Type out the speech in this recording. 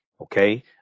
okay